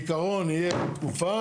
בעיקרון תהיה תקופה.